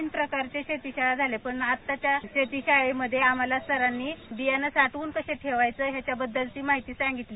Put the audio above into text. तीन प्रकारच्या शेतीशाळा झाल्या पण आताच्या शेतीशाळेमध्ये सरांनी बियाणे साठवूण कसे ठेवायचे याबद्दलची माहिती सांगितली